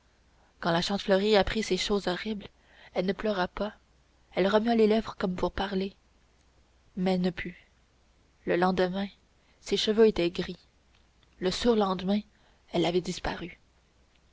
quand la chantefleurie apprit ces choses horribles elle ne pleura pas elle remua les lèvres comme pour parler mais ne put le lendemain ses cheveux étaient gris le surlendemain elle avait disparu